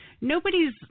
Nobody's